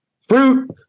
fruit